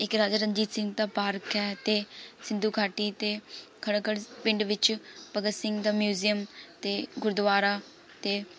ਇੱਕ ਰਾਜਾ ਰਣਜੀਤ ਸਿੰਘ ਦਾ ਪਾਰਕ ਹੈ ਅਤੇ ਸਿੰਧੂ ਘਾਟੀ ਅਤੇ ਖਟਕੜ ਪਿੰਡ ਵਿੱਚ ਭਗਤ ਸਿੰਘ ਦਾ ਮਿਊਜ਼ੀਅਮ ਅਤੇ ਗੁਰਦੁਆਰਾ ਅਤੇ